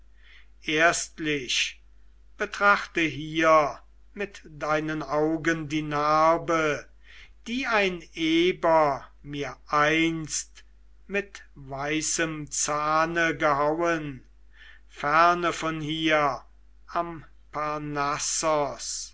erstlich betrachte hier mit deinen augen die narbe die ein eber mir einst mit weißem zahne gehauen ferne von hier am